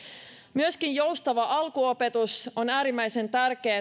myöskin joustava alkuopetus on äärimmäisen tärkeää